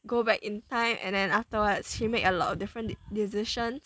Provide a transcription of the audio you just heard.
go back in time and then afterwards she made a lot of different decisions